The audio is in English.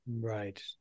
Right